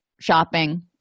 shopping